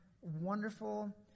wonderful